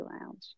Lounge